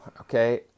okay